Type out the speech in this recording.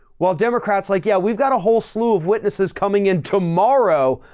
while democrats like, yeah, we've got a whole slew of witnesses coming in tomorrow.